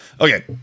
Okay